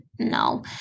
No